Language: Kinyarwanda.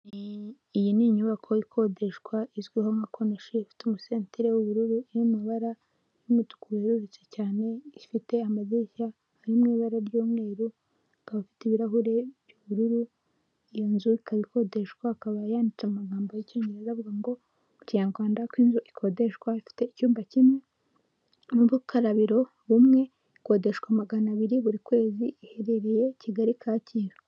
Iyi ni inyubako ikodeshwa izwiho nka konoshi ifite umusentire w'ubururu y'amabara y'umutuku werurutse cyane ifite amadirishya ari mu ibara ry'umweru akaba afite ibirahuri by'ubururu iyo nzu ikaba ikodeshwa akaba yanditse amagambo y'icyongereza avuga ngo mu kinyarwanda ko inzu ikodeshwa ifite icyumba kimwe n' gukarabiro bumwe ikodeshwa magana abiri buri kwezi iherereye kigali kacyiru.